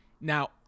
Now